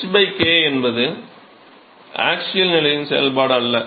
h k என்பது axial நிலையின் செயல்பாடு அல்ல